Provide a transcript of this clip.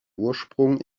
ursprung